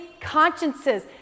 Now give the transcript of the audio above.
consciences